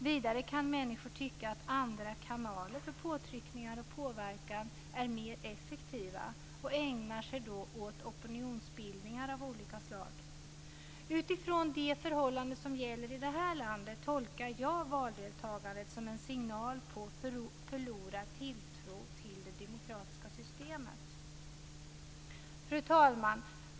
Vidare kan människor tycka att andra kanaler för påtryckningar och påverkan är mer effektiva och ägnar sig då åt opinionsbildning av olika slag. Utifrån de förhållanden som gäller i det här landet tolkar jag valdeltagandet som en signal om förlorad tilltro till det demokratiska systemet. Fru talman!